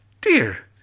Dear